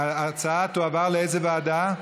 ההצעה תועבר, לאיזו ועדה?